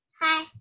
Hi